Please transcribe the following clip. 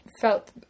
Felt